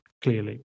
clearly